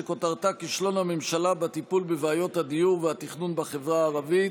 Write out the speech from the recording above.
שכותרתה: כישלון הממשלה בטיפול בבעיות הדיור והתכנון בחברה הערבית.